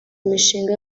imishinga